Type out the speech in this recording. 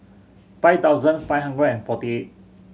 five thousand five hundred and forty eight